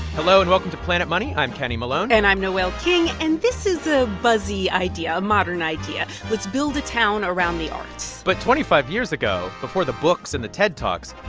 hello, and welcome to planet money. i'm kenny malone and i'm noel king. and this is a buzzy idea, a modern idea let's build a town around the arts but twenty five years ago, before the books and the ted talks,